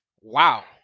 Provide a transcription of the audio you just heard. Wow